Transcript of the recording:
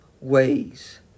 ways